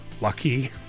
Lucky